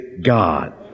God